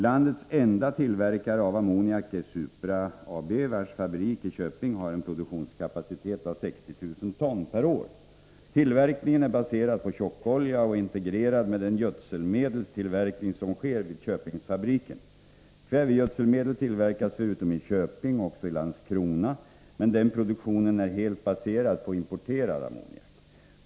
Landets enda tillverkare av ammoniak är Supra AB, vars fabrik i Köping har en produktionskapacitet av 60 000 ton/år. Tillverkningen är baserad på tjockolja och integrerad med den gödselmedelstillverkning som sker vid Köpingsfabriken. Kvävegödselmedel tillverkas förutom i Köping också i Landskrona, men den produktionen är helt baserad på importerad ammoniak.